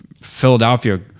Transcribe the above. Philadelphia